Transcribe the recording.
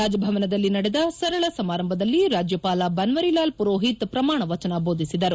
ರಾಜಭವನದಲ್ಲಿ ನಡೆದ ಸರಳ ಸಮಾರಂಭದಲ್ಲಿ ರಾಜ್ಯಪಾಲ ಬನ್ನರಿಲಾಲ್ ಮರೋಹಿತ್ ಪ್ರಮಾಣ ವಚನ ಬೋಧಿಸಿದರು